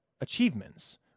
achievements